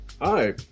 Hi